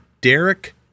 Derek